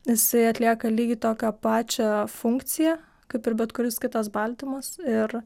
jisai atlieka lygiai tokią pačią funkciją kaip ir bet kuris kitas baltymas ir